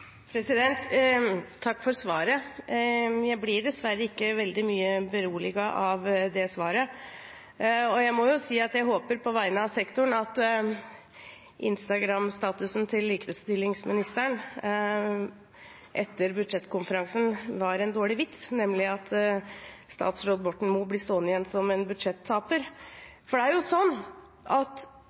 Takk for svaret, jeg blir dessverre ikke veldig mye beroliget av det. Jeg må si at jeg håper på vegne av sektoren er at Instagram-statusen til likestillingsministeren etter budsjettkonferansen var en dårlig vits, nemlig at statsråd Borten Moe blir stående igjen som en budsjettaper. For det er jo sånn at